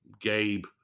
Gabe